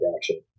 action